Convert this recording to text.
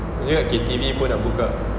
I heard K_T_V pun nak buka